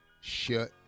shut